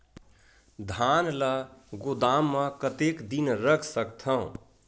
धान ल गोदाम म कतेक दिन रख सकथव?